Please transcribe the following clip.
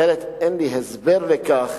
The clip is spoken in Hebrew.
אחרת אין לי הסבר איך